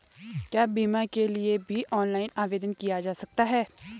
क्या बीमा के लिए भी ऑनलाइन आवेदन किया जा सकता है?